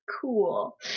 cool